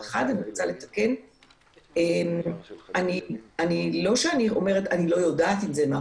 ואני עדיין לא מאמינה שיש הדבקה קהילתית.